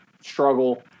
struggle